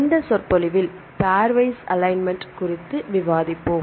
இந்த சொற்பொழிவில் pairwise alignment குறித்து விவாதிப்போம்